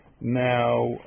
Now